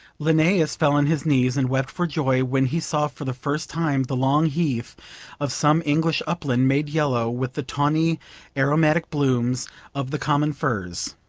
linnaeus fell on his knees and wept for joy when he saw for the first time the long heath of some english upland made yellow with the tawny aromatic brooms of the common furze